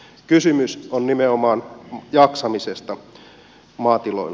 kysymys on nimenomaan jaksamisesta maatiloilla